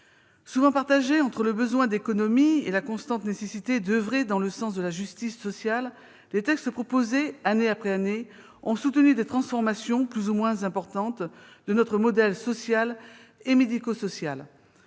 Souvent partagés entre le besoin d'économies et la constante nécessité d'oeuvrer dans le sens de la justice sociale, les textes proposés ont, année après année, soutenu des transformations plus ou moins importantes de notre modèle social et médico-social.